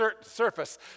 surface